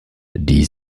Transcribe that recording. die